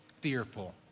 fearful